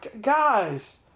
Guys